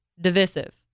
Divisive